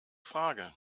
frage